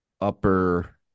upper